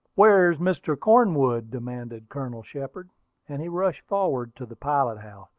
where is mr. cornwood? demanded colonel shepard and he rushed forward to the pilot-house.